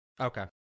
Okay